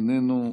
איננו,